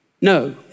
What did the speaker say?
no